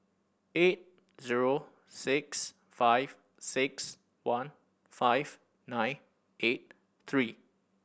eight zero six five six one five nine eight three